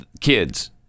kids